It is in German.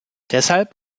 deshalb